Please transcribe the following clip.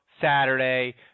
Saturday